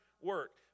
work